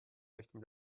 möchten